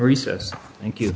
recess thank you